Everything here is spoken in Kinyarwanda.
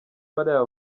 bariya